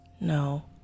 No